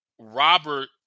Robert